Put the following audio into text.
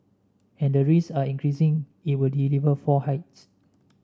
and the risk are increasing it will deliver four hikes